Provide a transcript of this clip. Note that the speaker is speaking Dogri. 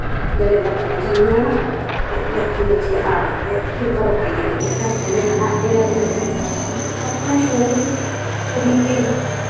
जेल्लै नच्चने च आई जां ना चे नच्ची नच्चियै आना ते फिर घरों पेई जानी निक्खर उनें आखने इन्नै ते नच्चने सवाए कम्म कोई नी अपना शौक ही त् निक्के ही